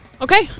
Okay